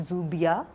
Zubia